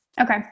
Okay